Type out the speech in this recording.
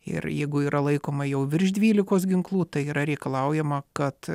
ir jeigu yra laikoma jau virš dvylikos ginklų tai yra reikalaujama kad